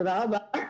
תודה רבה.